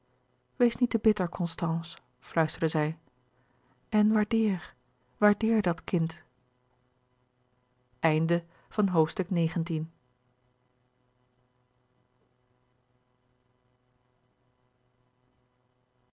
wees niet te bitter constance fluisterde zij en waardeer waardeer dat kind